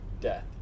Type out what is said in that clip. death